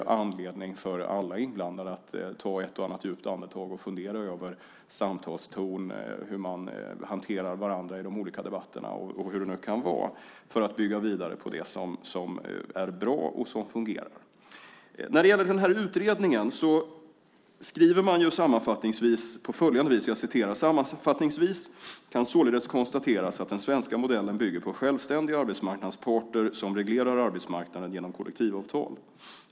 Det finns anledning för alla inblandade att ta ett och annat djupt andetag och fundera över samtalston och hur man hanterar varandra i de olika debatterna för att bygga vidare på det som är bra och som fungerar. När det gäller utredningen skriver man sammanfattningsvis: "Sammanfattningsvis kan således konstateras att den svenska modellen bygger på självständiga arbetsmarknadsparter som reglerar arbetsmarknaden genom kollektivavtal.